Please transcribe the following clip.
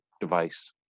device